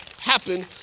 happen